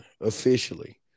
officially